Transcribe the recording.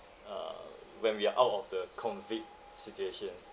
uh when we are out of the COVID situations